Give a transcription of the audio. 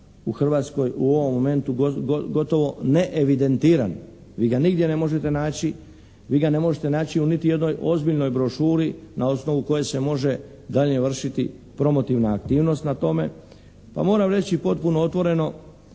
u Hrvatskoj u ovom momentu gotovo neevidentiran. Vi ga nigdje ne možete naći, vi ga ne možete naći u niti jednoj ozbiljnoj brošuri na osnovu koje se može dalje vršiti promotivna aktivnost na tome. Pa moram reći potpuno otvoreno